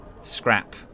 Scrap